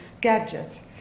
gadgets